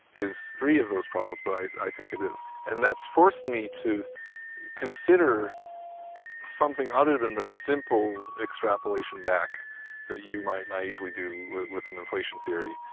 is three of those problems but i think it is, and that's forced me to consider something other than the simple extrapolation back that you might naively do with with an inflation theory,